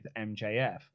MJF